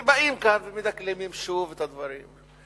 ובאים כאן ומדקלמים שוב את הדברים.